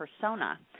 Persona